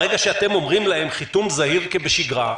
ברגע שאתם אומרים להם: חיתום זהיר כבשגרה,